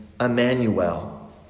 Emmanuel